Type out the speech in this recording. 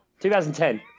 2010